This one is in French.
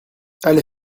allez